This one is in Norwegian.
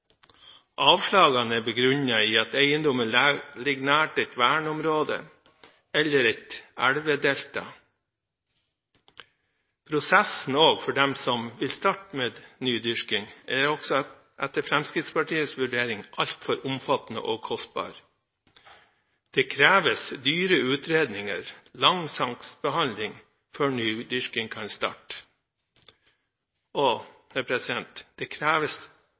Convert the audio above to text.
Avslagene er begrunnet i at eiendommene ligger nært et verneområde eller et elvedelta. Prosessen for dem som vil starte med nydyrking, er også, etter Fremskrittspartiets vurdering, altfor omfattende og kostbar. Det kreves dyre utredninger, lang saksbehandling før nydyrking kan starte. Det kreves også uttalelser fra reindriftsnæringen før bonden på egen eiendom kan starte